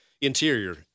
Interior